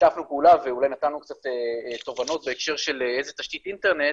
שיתפנו פעולה ואולי נתנו קצת תובנות בהקשר של איזה תשתית אינטרנט,